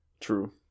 True